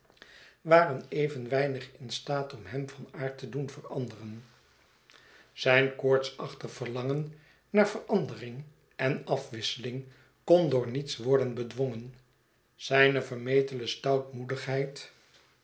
waren even weinig in staat om hem van aard te doen veranderen zijn koortsachtig verlangen naar verandering en afwisseling kon door niets worden bedwongen zijne